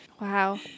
Wow